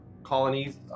colonies